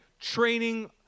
training